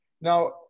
Now